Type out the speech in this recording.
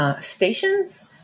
stations